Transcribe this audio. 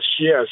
yes